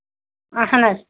اَہن حظ